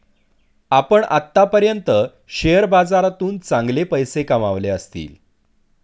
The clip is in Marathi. आपण आत्तापर्यंत शेअर बाजारातून चांगले पैसे कमावले असतील